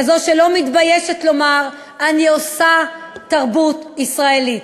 כזו שלא מתביישת לומר, אני עושה תרבות ישראלית.